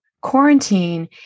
quarantine